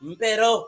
pero